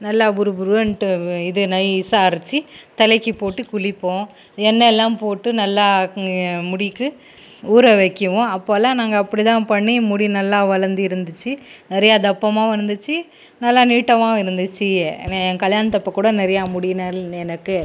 நல்லா புரு புருன்ட்டு இது நையிஸாக அரைச்சி தலைக்கு போட்டு குளிப்போம் எண்ணெய் எல்லாம் போட்டு நல்லா முடிக்கு ஊற வைக்கவும் அப்போவெல்லாம் நாங்கள் அப்படி தான் பண்ணி முடி நல்லா வளர்ந்து இருந்திச்சு நிறையா தப்பமாகவும் இருந்திச்சு நல்லா நீட்டமாகவும் இருந்திச்சு என் கல்யாண்த்தப்போ கூட நிறையா முடி நல் எனக்கு